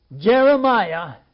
Jeremiah